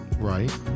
Right